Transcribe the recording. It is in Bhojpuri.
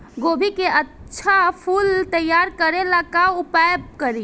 गोभी के अच्छा फूल तैयार करे ला का उपाय करी?